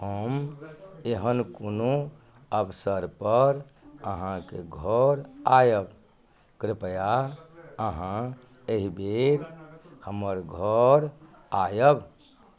हम एहन कोनो अवसरपर अहाँके घर आयब कृपया अहाँ एहि बेर हमर घर आयब